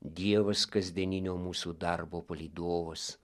dievas kasdieninio mūsų darbo palydovas